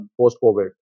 post-COVID